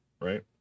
right